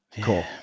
Cool